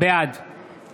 בעד